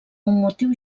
motiu